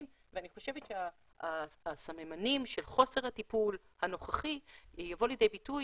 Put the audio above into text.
ואני חושבת שהסממנים של חוסר הטיפול הנוכחי יבוא לידי ביטוי